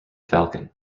falcon